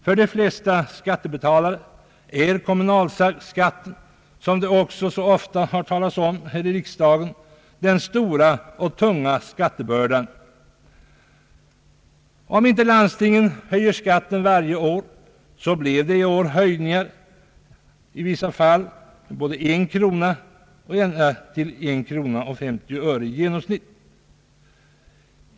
För de flesta skattebetalare är kommunalskatten — som så ofta har framhållits här i riksdagen — den stora och tunga skattebördan. Även om inte landstingen höjer skatten varje år så blev det i år höjningar i vissa fall med både 1 krona och 1 krona 50 öre.